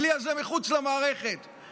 הכלי הזה מחוץ למערכת,